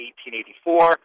1884